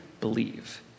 believe